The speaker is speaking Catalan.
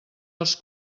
els